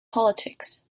politics